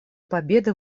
победы